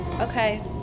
okay